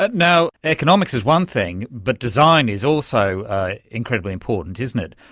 but now, economics is one thing, but design is also incredibly important, isn't it?